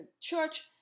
church